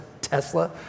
Tesla